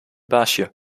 baasje